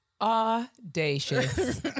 Audacious